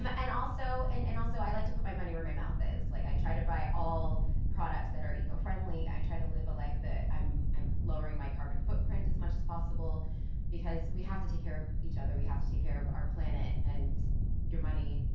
and and and also, i like to put my money where my mouth is. like, i try to buy all products that are eco-friendly, i try to live a life that i'm i'm lowering my carbon footprint as much as possible because we have to take care of of each other, we have to take care of our planet and your money,